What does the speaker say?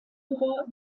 führer